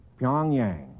Pyongyang